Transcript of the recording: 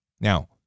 Now